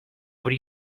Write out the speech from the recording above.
would